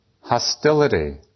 hostility